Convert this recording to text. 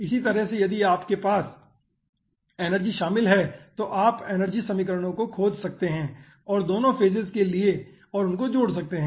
इसी तरह से यदि आपके पास एनर्जी शामिल हैं तो आप एनर्जी समीकरणों को खोज सकते है और दोनों फेजेज के लिए और उनको जोड़ सकते हैं